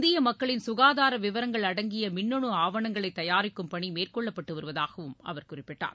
இந்திய மக்களின் சுகாதார விவரங்கள் அடங்கிய மின்னனு ஆவணங்களை தயாரிக்கும் பணி மேற்கொள்ளப்பட்டு வருவதாகவும் அவர் குறிப்பிட்டார்